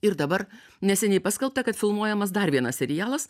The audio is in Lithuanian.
ir dabar neseniai paskelbta kad filmuojamas dar vienas serialas